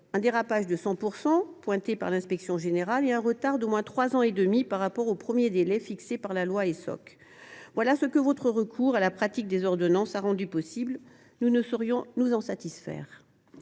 un dérapage de 100 % pointé par l’inspection générale et un retard d’au moins trois ans et demi par rapport au premier délai fixé par loi Essoc. C’est cela que votre recours aux ordonnances a rendu possible et nous ne saurions nous en satisfaire.